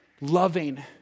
loving